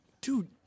dude